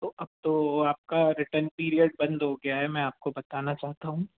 तो अब तो आपका रिटर्न पीरियड बंद हो गया है मैं आपको बताना चाहता हूँ